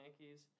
Yankees